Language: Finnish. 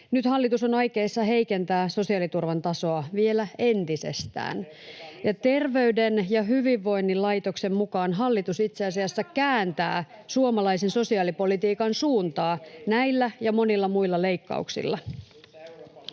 Nyt hallitus on aikeissa heikentää sosiaaliturvan tasoa vielä entisestään, ja Terveyden ja hyvinvoinnin laitoksen mukaan hallitus itse asiassa kääntää suomalaisen sosiaalipolitiikan suuntaa näillä ja monilla muilla leikkauksilla.